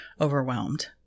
overwhelmed